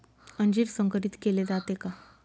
अंजीर संकरित केले जाते का?